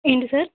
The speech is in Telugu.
ఏంటి సార్